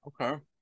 Okay